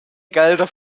gelder